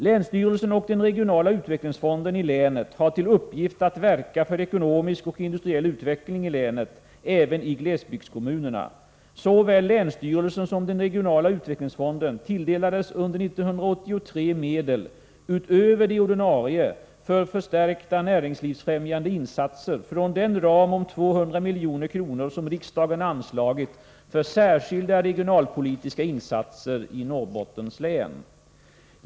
Länsstyrelsen och den regionala utvecklingsfonden i länet har till uppgift att verka för ekonomisk och industriell utveckling i länet, även i glesbygdskommunerna. Såväl länsstyrelsen som den regionala utvecklingsfonden tilldelades under 1983 medel, utöver de ordinarie, för förstärkta näringslivsfrämjande insatser från den ram om 200 milj.kr. som riksdagen anslagit för särskilda regionalpolitiska insatser i Norrbottens län.